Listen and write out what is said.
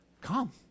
come